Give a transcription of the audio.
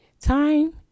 Time